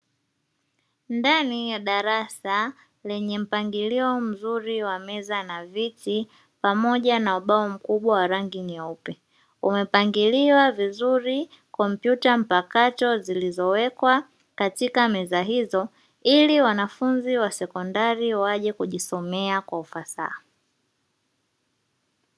Ndani ya darasa lenye mpangilio mzuri wa meza na viti pamoja na ubao mkubwa wa rangi nyeupe. Umepangiliwa vizuri kompyuta mpakato zilizowekwa katika meza hizo, ili wanafunzi wa sekondari waje kujisomea kwa ufasaha.